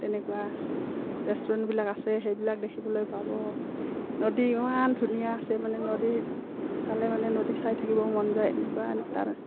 তেনেকুৱা ৰেষ্টুৰেণ্টবিলাক আছে সেইবিলাক দেখিবলৈ পাব নদী ইমান ধুনীয়া আছে মানে নদী চালে মানে নদী চাই থাকিব মন যায় এনেকুৱা তাৰ